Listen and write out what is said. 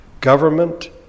government